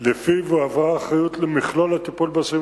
שלפיו הועברה האחריות למכלול הטיפול באסירים